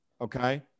okay